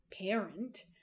parent